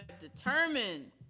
determined